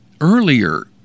earlier